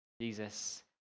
jesus